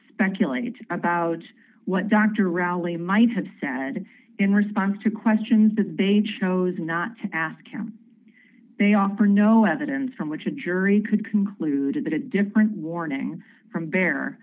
speculate about what dr rally might have said in response to questions that they chose not to ask him they offer no evidence from which a jury could conclude that a different warning from